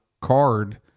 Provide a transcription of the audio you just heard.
card